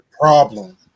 problem